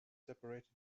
separated